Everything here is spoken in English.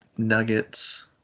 nuggets